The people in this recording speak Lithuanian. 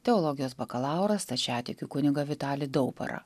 teologijos bakalaurą stačiatikių kunigą vitalį daubarą